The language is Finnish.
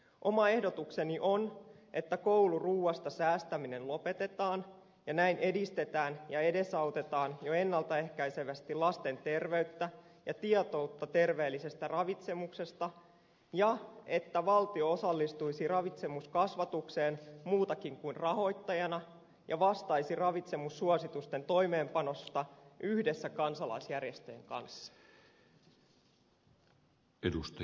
oma ehdotukseni on että kouluruuasta säästäminen lopetetaan ja näin edistetään ja edesautetaan jo ennalta ehkäisevästi lasten terveyttä ja tietoutta terveellisestä ravitsemuksesta ja että valtio osallistuisi ravitsemuskasvatukseen muutenkin kuin rahoittajana ja vastaisi ravitsemussuositusten toimeenpanosta yhdessä kansalaisjärjestöjen kanssa